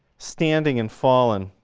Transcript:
standing and fallen